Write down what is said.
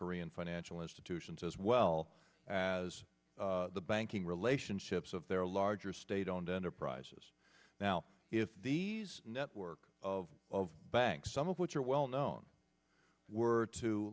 korean financial institutions as well as the banking relationships of their larger state owned enterprises now if these networks of of banks some of which are well known were to